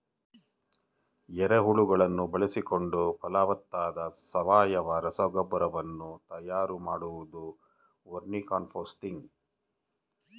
ಎರೆಹುಳುಗಳನ್ನು ಬಳಸಿಕೊಂಡು ಫಲವತ್ತಾದ ಸಾವಯವ ರಸಗೊಬ್ಬರ ವನ್ನು ತಯಾರು ಮಾಡುವುದು ವರ್ಮಿಕಾಂಪೋಸ್ತಿಂಗ್